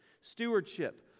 Stewardship